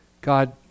God